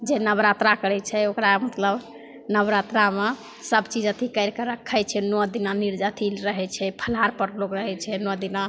जे नवरात्रा करै छै ओकरा मतलब नवरात्रामे सबचीज अथी करिके रखै छै नओ दिना नीरजा अथी रहै छै फलाहारपर लोक रहै छै नओ दिना